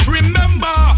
Remember